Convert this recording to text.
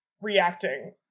reacting